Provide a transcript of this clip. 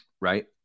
right